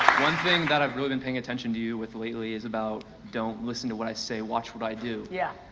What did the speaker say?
one thing that i've really been paying attention to you with lately is about don't listen to what i say, watch what i do. yeah.